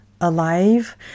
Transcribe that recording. alive